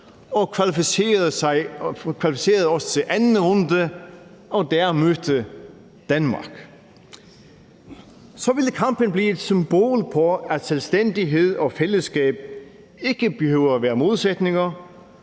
og kvalificerede os til anden runde og der mødte Danmark. Så ville kampen blive et symbol på, at selvstændighed og fællesskab ikke behøver at være modsætninger,